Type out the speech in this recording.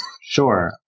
Sure